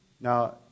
Now